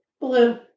Blue